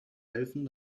helfen